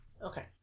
Okay